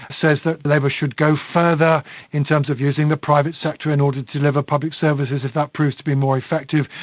says that labour should go further in terms of using the private sector in order deliver public services if that proves to be more effective,